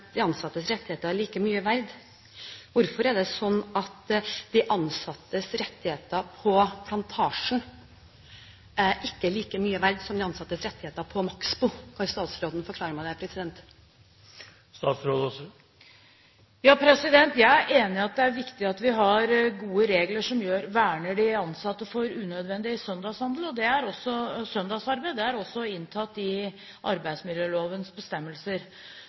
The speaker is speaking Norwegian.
de ansattes rettigheter ikke er like mye verd? Hvorfor er det sånn at de ansattes rettigheter på Plantasjen ikke er like mye verd som de ansattes rettigheter på Maxbo? Kan statsråden forklare meg det? Jeg er enig i at det er viktig at vi har gode regler som verner de ansatte mot unødvendig søndagsarbeid. Det er også inntatt i arbeidsmiljølovens bestemmelser.